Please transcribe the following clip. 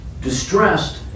Distressed